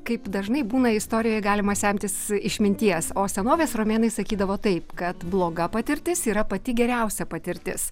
kaip dažnai būna istorijoj galima semtis išminties o senovės romėnai sakydavo taip kad bloga patirtis yra pati geriausia patirtis